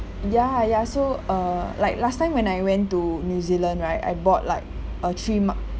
ya ya so uh like last time when I went to new zealand right I bought like a three month